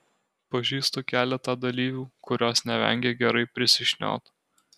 pažįstu keletą dalyvių kurios nevengia gerai prisišniot